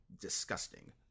Disgusting